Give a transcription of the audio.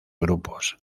grupos